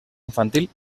infantil